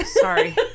Sorry